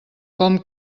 com